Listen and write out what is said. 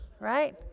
right